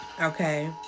okay